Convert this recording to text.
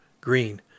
green